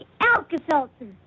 Alka-Seltzer